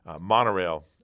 monorail